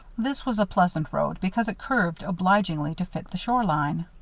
this was a pleasant road, because it curved obligingly to fit the shore line.